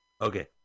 Okay